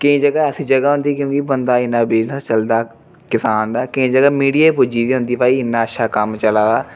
केईं जगह ऐसी जगह होंदी क्योंकि बंन्दे दा इन्ना बिज़नस चलदा किसान दा केईं जगह मीडिया बी पुज्जी दी होंदी कि भाई इ'न्ना अच्छा कम्म चला दा